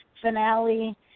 finale